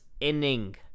inning